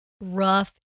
rough